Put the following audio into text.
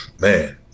man